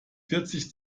vierzig